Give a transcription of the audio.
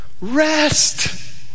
Rest